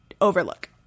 overlook